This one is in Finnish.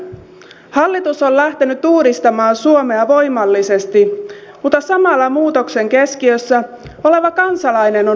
hallitus on lähtenyt uudistamaan suomea voimallisesti mutta samalla muutoksen keskiössä oleva kansalainen on unohtunut